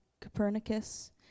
Copernicus